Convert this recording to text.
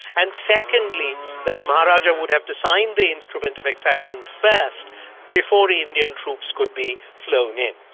and secondly that the maharajah would have to sign the instrument of accession first before indian troops could be flown in.